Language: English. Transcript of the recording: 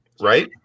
Right